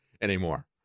anymore